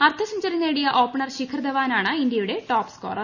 അർദ്ധ സെഞ്ചുറി നേടിയ ഓപ്പണർ ശിഖർ ധവാനാണ് ഇന്ത്യയുടെ ടോപ് സ്കോറർ